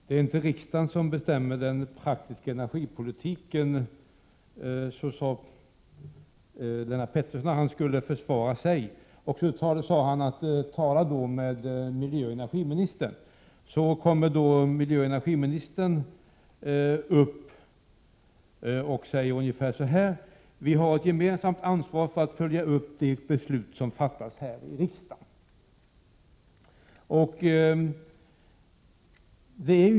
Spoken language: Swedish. Fru talman! Det är inte riksdagen som bestämmer den praktiska energipolitiken, sade Lennart Pettersson när han skulle försvara sig, och så tillade han: Tala med miljöoch energiministern! Så kommer då miljöoch energiministern upp i debatten och säger ungefär så här: Vi har ett gemensamt ansvar för att följa upp det beslut som fattats här i riksdagen.